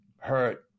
hurt